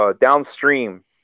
downstream